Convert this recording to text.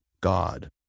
God